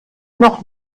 noch